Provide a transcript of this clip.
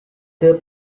their